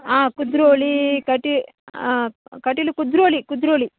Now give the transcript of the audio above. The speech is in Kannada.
ಹಾಂ ಕುದ್ರೋಳಿ ಕಟಿ ಹಾಂ ಕಟೀಲು ಕುದ್ರೋಳಿ ಕುದ್ರೋಳಿ